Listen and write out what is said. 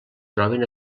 troben